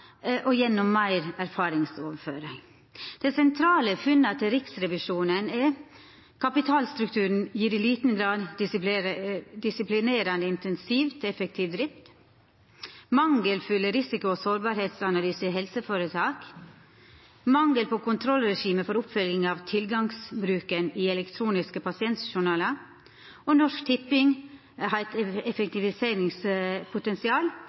og gjennom meir erfaringsoverføring. Dei sentrale funna til Riksrevisjonen er: Kapitalstrukturen gjev i liten grad disiplinerande insentiv til effektiv drift. Det er mangelfulle risiko- og sårbarheitsanalysar i helseføretak. Det er mangel på kontrollregime for oppfølginga av tilgangsbruken i elektroniske pasientjournalar. Norsk Tipping har eit